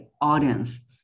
audience